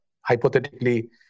hypothetically